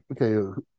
okay